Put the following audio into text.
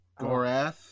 gorath